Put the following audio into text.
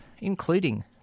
including